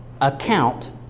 account